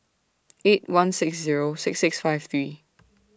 eight one six Zero six six five three